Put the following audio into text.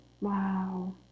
Wow